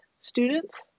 students